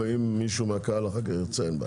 ואם מישהו מהקהל אחר כך ירצה, אין בעיה.